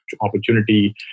opportunity